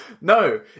No